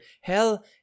Hell